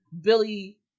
Billy